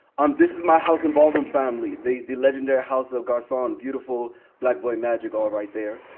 um this is my house and ballroom family. the the legendary house of garcon. beautiful black boy magic all right there.